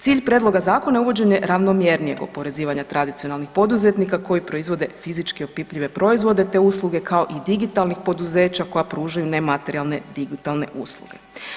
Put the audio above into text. Cilj prijedloga zakona je uvođenje ravnomjernijeg oporezivanja tradicionalnih poduzetnika koji proizvode fizički opipljive proizvode te usluge kao i digitalnih poduzeća koja pružaju nematerijalne digitalne usluge.